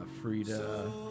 Frida